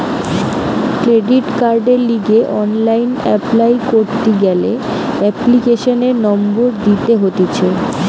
credit কার্ডের লিগে online apply করতি গ্যালে এপ্লিকেশনের নম্বর দিতে হতিছে